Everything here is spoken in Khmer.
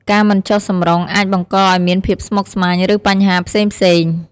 ការមិនជុះសម្រុងអាចបង្កឲ្យមានភាពស្មុគស្មាញ ឬបញ្ហាផ្សេងៗ។